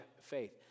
faith